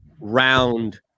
round